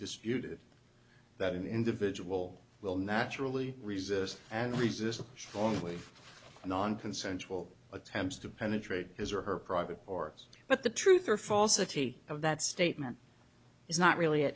disputed that an individual will naturally resist and resist strongly nonconsensual attempts to penetrate his or her private or us but the truth or falsity of that statement is not really a